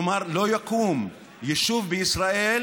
כלומר, לא יקום יישוב בישראל